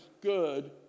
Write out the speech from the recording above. good